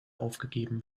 aufgegeben